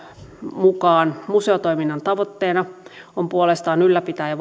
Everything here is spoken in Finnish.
mukaan museotoiminnan tavoitteena on puolestaan ylläpitää ja